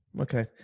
Okay